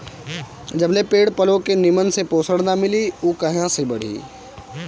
जबले पेड़ पलो के निमन से पोषण ना मिली उ कहां से बढ़ी